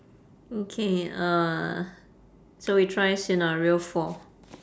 okay uh so we try scenario four